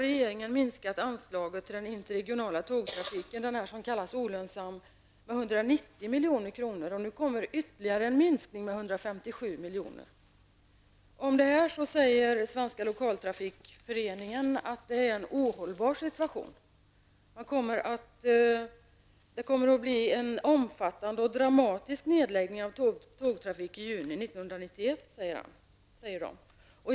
Svenska lokaltrafikföreningen säger att det leder till en ohållbar situation. En omfattande och dramatisk nedläggning av tågtrafiken kommer att äga rum i juni 1991.